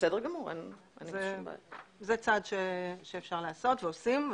זה צעד שאפשר לעשות ועושים.